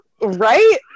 right